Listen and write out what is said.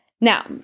Now